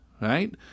Right